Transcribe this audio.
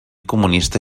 comunista